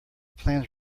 plans